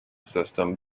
system